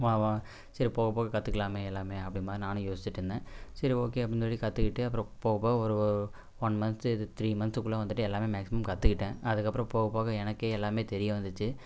சரி போகப்போக கற்றுக்கலாமே எல்லாமே அப்டிங்கிற மாதிரி நானும் யோசிச்சுட்ருந்தேன் சரி ஓகே அப்படின்னு சொல்லி கற்றுக்கிட்டு அப்புறம் போகப் போக ஒரு ஒன் மந்த்து இது த்ரீ மந்த்துக்குள்ளே வந்துவிட்டு எல்லாமே மேக்சிமம் கற்றுக்கிட்டேன் அதுக்கப்புறம் போகப் போக எனக்கே எல்லாமே தெரிய வந்துச்சு